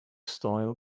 style